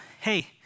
hey